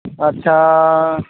आस्सा